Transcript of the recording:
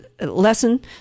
lesson